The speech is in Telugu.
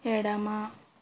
ఎడమ